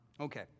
Okay